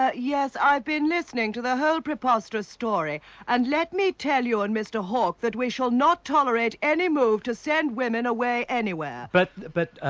ah yes, i've been listening to the whole preposterous story and let me tell you and mr hawke that we shall not tolerate any move to send women away anywhere. but, but.